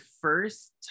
first